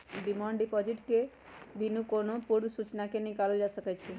demand deposit के बिनु कोनो पूर्व सूचना के निकालल जा सकइ छै